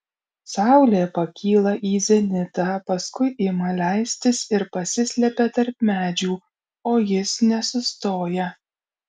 saulė pakyla į zenitą paskui ima leistis ir pasislepia tarp medžių o jis nesustoja